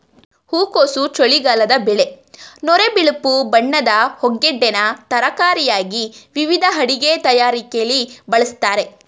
ಹೂಕೋಸು ಚಳಿಗಾಲದ ಬೆಳೆ ನೊರೆ ಬಿಳುಪು ಬಣ್ಣದ ಹೂಗೆಡ್ಡೆನ ತರಕಾರಿಯಾಗಿ ವಿವಿಧ ಅಡಿಗೆ ತಯಾರಿಕೆಲಿ ಬಳಸ್ತಾರೆ